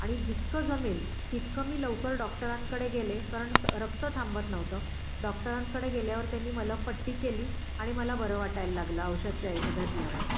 आणि जितकं जमेल तितकं मी लवकर डॉक्टरांकडे गेले कारण त रक्त थांबत नव्हतं डॉक्टरांकडे गेल्यावर त्यांनी मला पट्टी केली आणि मला बरं वाटायला लागलं औषध घेतल्यावर